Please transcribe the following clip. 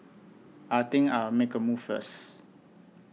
I think I'll make a move first